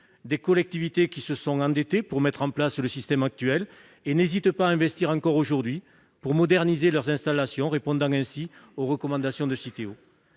Des collectivités qui se sont endettées pour mettre en place le système actuel et qui n'hésitent pas à investir encore aujourd'hui pour moderniser leurs installations, répondant ainsi aux recommandations de Citeo.